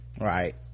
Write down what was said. right